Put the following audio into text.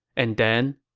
and then,